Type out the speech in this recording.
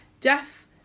Jeff